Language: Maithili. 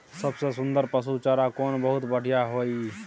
सबसे सुन्दर पसु चारा कोन बहुत बढियां होय इ?